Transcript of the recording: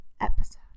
episode